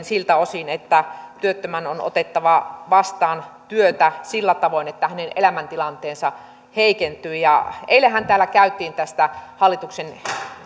siltä osin että työttömän on otettava vastaan työtä sillä tavoin että hänen elämäntilanteensa heikentyy eilenhän täällä käytiin tästä hallituksen